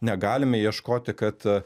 negalime ieškoti kad